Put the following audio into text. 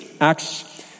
Acts